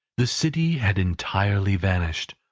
the city had entirely vanished.